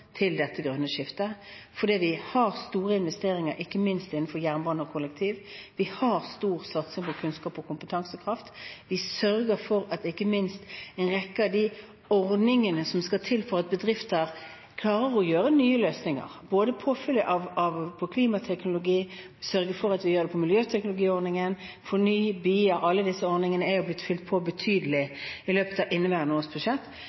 til dette grønne skiftet, fordi vi har store investeringer, ikke minst innenfor jernbane og kollektiv. Vi har stor satsing på kunnskap og kompetansekraft. Ikke minst sørger vi for en rekke av de ordningene som skal til for at bedrifter klarer å gjennomføre nye løsninger – påfyll på klimateknologi, sørge for at vi gjør det på miljøteknologiordningen, FORNY, BIA. Alle disse ordningene er jo blitt fylt på betydelig i inneværende års budsjett.